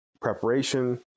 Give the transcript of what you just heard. preparation